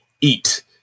eat